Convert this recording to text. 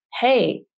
hey